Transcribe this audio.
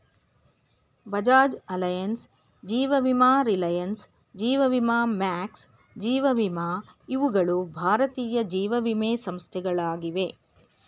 Bajaj Allianz, ಜೀವ ವಿಮಾ Reliance, ಜೀವ ವಿಮಾ ಮ್ಯಾಕ್ಸ್, ಜೀವ ವಿಮಾ ಇವುಗಳ ಭಾರತೀಯ ಜೀವವಿಮೆ ಸಂಸ್ಥೆಗಳಾಗಿವೆ